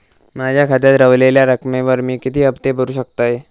माझ्या खात्यात रव्हलेल्या रकमेवर मी किती हफ्ते भरू शकतय?